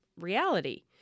reality